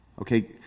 Okay